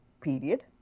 period